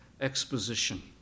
exposition